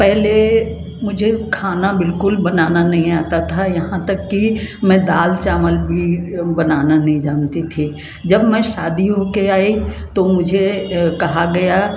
पहले मुझे खाना बिल्कुल बनाना नहीं आता था यहाँ तक की मैं दाल चावल भी बनाना नहीं जानती थी जब मैं शादी होके आई तो मुझे कहा गया